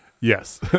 Yes